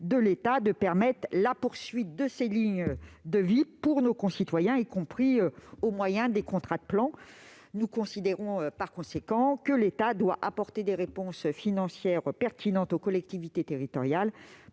de l'État de permettre la poursuite de ces lignes de vie pour nos concitoyens, y compris au moyen des contrats de plan. Nous considérons, par conséquent, que l'État doit apporter des réponses financières pertinentes aux collectivités territoriales